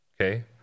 Okay